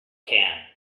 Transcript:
can